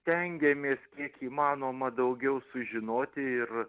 stengiamės kiek įmanoma daugiau sužinoti ir